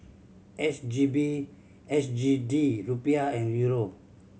S G B S G D Rupiah and Euro